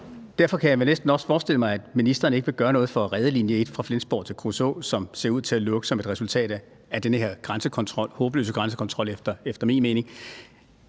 derfor kan jeg næsten også forestille mig, at ministeren ikke vil gøre noget for at redde linje 1 fra Flensborg til Kruså, som ser ud til at lukke som et resultat af den her grænsekontrol – den efter min mening